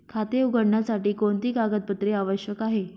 खाते उघडण्यासाठी कोणती कागदपत्रे आवश्यक आहे?